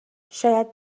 شاید